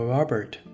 Robert